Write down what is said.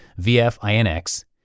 VFINX